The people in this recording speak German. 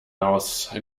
aus